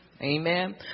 amen